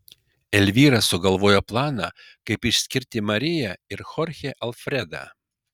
elvyra sugalvoja planą kaip išskirti mariją ir chorchę alfredą